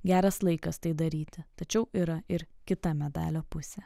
geras laikas tai daryti tačiau yra ir kita medalio pusė